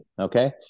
okay